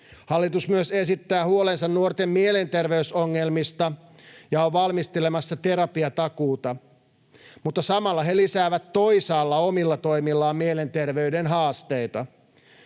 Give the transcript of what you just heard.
Hallitus myös esittää huolensa nuorten mielenterveysongelmista ja on valmistelemassa tera-piatakuuta, mutta samalla he lisäävät toisaalla omilla toimillaan mielenterveyden haasteita.